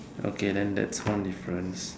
okay then that's one difference